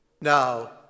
now